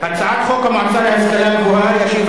הצעת חוק המועצה להשכלה גבוהה (תיקון, הגבלת גיל).